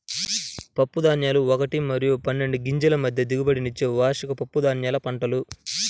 పప్పుధాన్యాలు ఒకటి మరియు పన్నెండు గింజల మధ్య దిగుబడినిచ్చే వార్షిక పప్పుధాన్యాల పంటలు